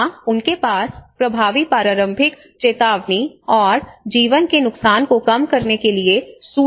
यहां उनके पास प्रभावी प्रारंभिक चेतावनी और जीवन के नुकसान को कम करने के लिए सूचना तंत्र है